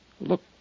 Look